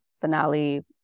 finale